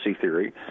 theory